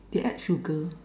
they add sugar